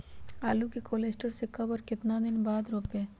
आलु को cold store से ले के कब और कितना दिन बाद रोपे?